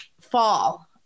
fall